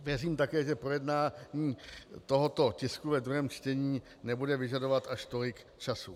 Věřím také, že projednání tohoto tisku ve druhém čtení nebude vyžadovat až tolik času.